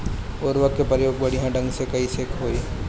उर्वरक क प्रयोग बढ़िया ढंग से कईसे होई?